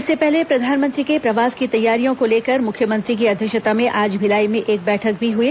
इससे पहले प्रधानमंत्री के प्रवास की तैयारियों को लेकर मुख्यमंत्री की अध्यक्षता में आज भिलाई में एक बैठक भी हुई